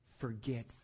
Forget